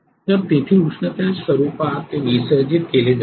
तर तेथील उष्णतेच्या स्वरूपात ते विसर्जित केले जाईल